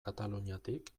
kataluniatik